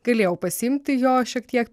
galėjau pasiimti jo šiek tiek